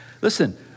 Listen